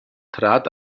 trat